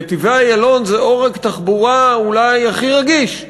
נתיבי-איילון זה עורק תחבורה אולי הכי רגיש,